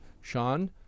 Sean